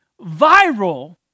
viral